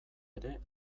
ere